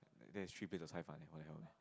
that is three plates of caifan leh what the hell